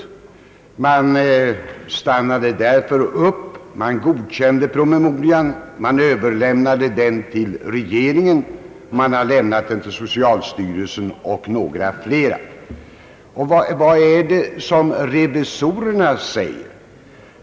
De avstod därför från något ingripande och godkände promemorian. Den överlämnades till regeringen, socialstyrelsen och några till. Vad är det nu som revisorerna säger?